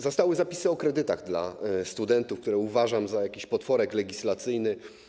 Zostały zapisy o kredytach dla studentów, które uważam za jakiś potworek legislacyjny.